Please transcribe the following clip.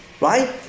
Right